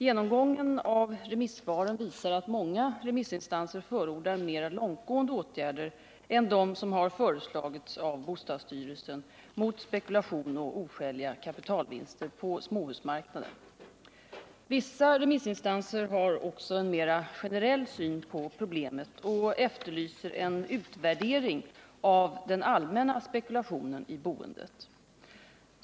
Genomgången av remissvaren visar att många remissinstanser förordar mera långtgående åtgärder än dem som har föreslagits av bostadsstyrelsen mot spekulation och oskäliga kapitalvinster på småhusmarknaden. Vissa remissinstanser har också en mera generell syn på problemet och efterlyser en utvärdering av den allmänna spekulationen i boendet.